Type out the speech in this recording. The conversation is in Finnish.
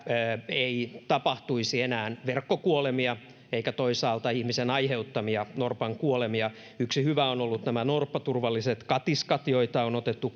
ei tapahtuisi enää verkkokuolemia eikä toisaalta ihmisen aiheuttamia norpan kuolemia yksi hyvä on ollut nämä norppaturvalliset katiskat joita on otettu